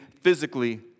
physically